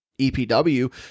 EPW